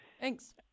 Thanks